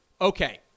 Okay